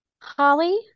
Holly